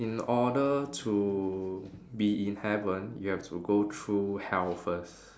in order to be in heaven you have to go through hell first